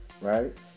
right